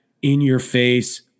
in-your-face